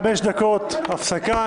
חמש דקות הפסקה.